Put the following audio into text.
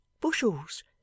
bushels